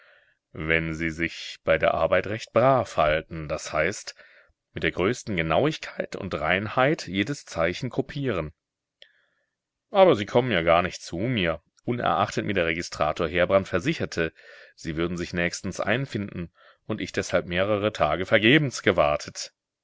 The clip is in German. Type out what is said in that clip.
wenn sie sich bei der arbeit recht brav halten das heißt mit der größten genauigkeit und reinheit jedes zeichen kopieren aber sie kommen ja gar nicht zu mir unerachtet mir der registrator heerbrand versicherte sie würden sich nächstens einfinden und ich deshalb mehrere tage vergebens gewartet